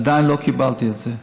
עדיין לא קיבלתי את זה.